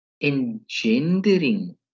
engendering